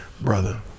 brother